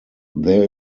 there